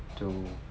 to